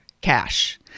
cash